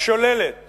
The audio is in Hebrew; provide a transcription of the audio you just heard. השוללת